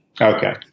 Okay